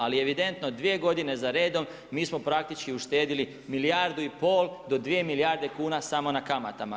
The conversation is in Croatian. Ali evidentno 2 godine za redom, mi smo praktički uštedili milijardu i pol do dvije milijarde kn samo na kamata.